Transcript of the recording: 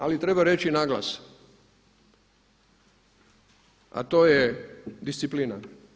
Ali treba reći na glas, a to je disciplina.